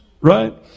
Right